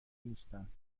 نیستند